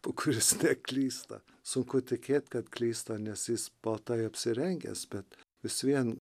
o kuris neklysta sunku tikėt kad klysta nes jis baltai apsirengęs bet vis vien